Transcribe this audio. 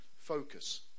focus